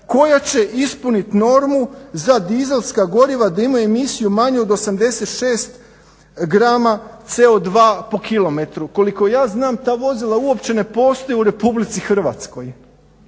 koja će ispuniti normu za dizelska goriva da imaju emisiju manju od 86 grama CO2 po kilometru. Koliko ja znam ta vozila uopće ne postoje u Republici Hrvatskoj,